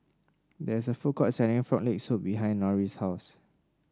there is a food court selling Frog Leg Soup behind Norris' house